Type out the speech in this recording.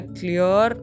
clear